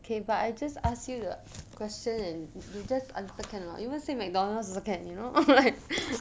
okay but I just ask you a question and you just answer can or not even say Mcdonald's also can you know